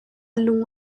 lung